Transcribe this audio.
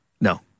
No